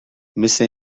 مثه